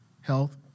health